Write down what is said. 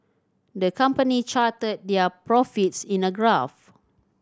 the company charted their profits in a graph